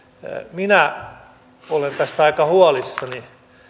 minä olen tästä aika huolissani